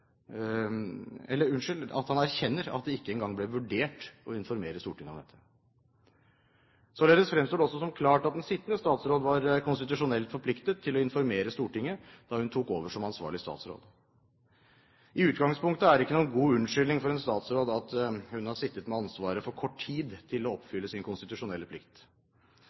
engang ble vurdert å informere Stortinget om dette. Således fremstår det også som klart at den sittende statsråd var konstitusjonelt forpliktet til å informere Stortinget da hun tok over som ansvarlig statsråd. I utgangspunktet er det ikke noen god unnskyldning for en statsråd at hun har sittet med ansvaret i for kort tid til å oppfylle sin konstitusjonelle plikt.